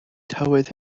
tywydd